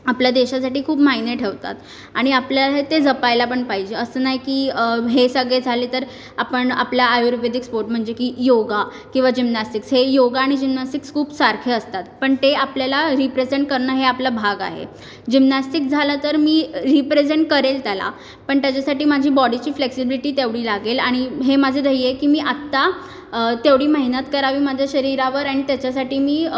आपल्या देशासाठी खूप मायने ठेवतात आणि आपल्याला ते जपायला पण पाहिजे असं नाही की हे सगळे झाले तर आपण आपल्या आयुर्वेदिक स्पोर्ट म्हणजे की योगा किंवा जिम्नॅस्टिक्स हे योगा आणि जिम्नॅस्टिक्स खूप सारखे असतात पण ते आपल्याला रिप्रेझेंट करणं हे आपलं भाग आहे जिम्नॅस्टिक झालं तर मी रिप्रेझेंट करेल त्याला पण त्याच्यासाठी माझी बॉडीची फ्लेक्सिबिलिटी तेवढी लागेल आणि हे माझं ध्येय आहे की मी आत्ता तेवढी मेहनत करावी माझ्या शरीरावर अँड त्याच्यासाठी मी